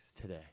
today